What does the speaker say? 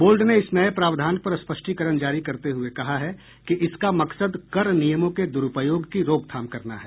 board ने इस नये प्रावधान पर स्पष्टीकरण जारी करते हुए कहा है कि इसका मकसद कर नियमों के दुरूपयोग की रोकथाम करना है